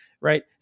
right